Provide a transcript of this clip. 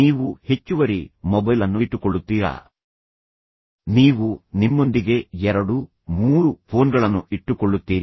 ನೀವು ಹೆಚ್ಚುವರಿ ಮೊಬೈಲ್ ಅನ್ನು ಇಟ್ಟುಕೊಳ್ಳುತ್ತೀರಾ ನೀವು ನಿಮ್ಮೊಂದಿಗೆ ಎರಡು ಮೂರು ಫೋನ್ಗಳನ್ನು ಇಟ್ಟುಕೊಳ್ಳುತ್ತೀರಿ